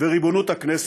ובריבונות הכנסת,